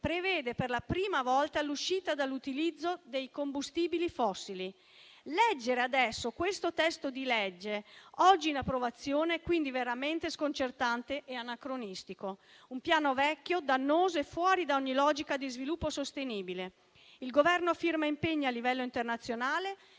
prevede per la prima volta l'uscita dall'utilizzo dei combustibili fossili. Leggere adesso il disegno di legge oggi in approvazione è quindi veramente sconcertante e anacronistico, poiché contiene un Piano vecchio, dannoso e fuori da ogni logica di sviluppo sostenibile. Il Governo firma impegni a livello internazionale